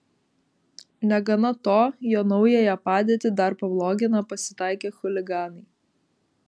negana to jo naująją padėtį dar pablogina pasitaikę chuliganai